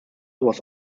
was